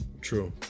True